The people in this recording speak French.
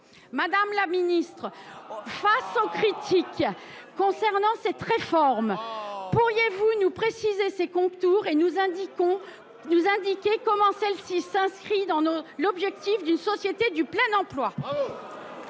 madame la ministre, face aux critiques de cette réforme, pourriez vous nous préciser ses contours et nous indiquer comment elle aidera à atteindre l’objectif d’une société du plein emploi ?